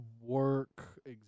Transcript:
work